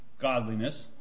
godliness